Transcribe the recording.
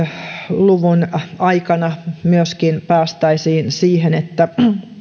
luvun aikana myöskin päästäisiin siihen että